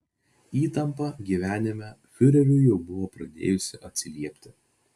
įtampa gyvenime fiureriui jau buvo pradėjusi atsiliepti